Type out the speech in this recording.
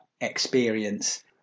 experience